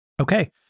Okay